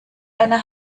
eine